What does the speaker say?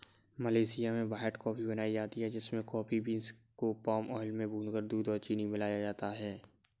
Malaysia में white coffee बनाई जाती है जिसमें कॉफी बींस को पाम आयल में भूनकर दूध और चीनी मिलाया जाता है